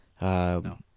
no